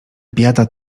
biada